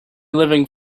living